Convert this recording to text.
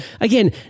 again